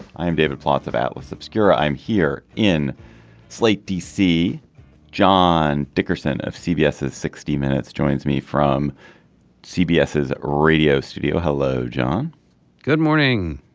i am david plotz about with obscura. i'm here in slate dc john dickerson of cbs sixty minutes joins me from cbs his radio studio. hello john good morning.